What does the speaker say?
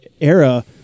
era